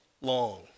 long